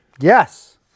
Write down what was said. Yes